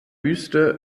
büste